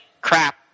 crap